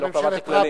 אני לא קבעתי כללים.